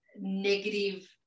negative